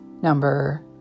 Number